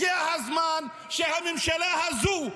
הגיע הזמן שהממשלה הזו,